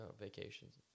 vacations